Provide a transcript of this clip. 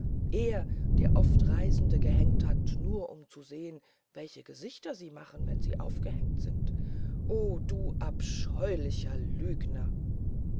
er der oft reisende gehängt hat nur um zu sehen welche gesichter sie machen wenn sie aufgehängt sind o du abscheulicher lügner